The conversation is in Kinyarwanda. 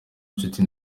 nshuti